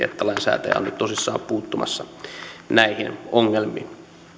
että lainsäätäjä on nyt tosissaan puuttumassa näihin ongelmiin